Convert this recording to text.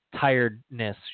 tiredness